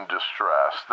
Distress